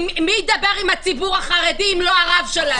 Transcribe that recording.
מי ידבר עם הציבור החרדי אם לא הרב שלהם?